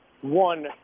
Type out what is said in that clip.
one